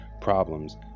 problems